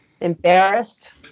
embarrassed